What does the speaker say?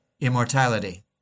immortality